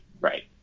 right